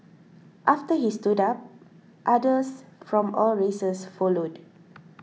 after he stood up others from all races followed